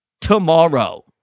tomorrow